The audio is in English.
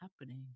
happening